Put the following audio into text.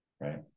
right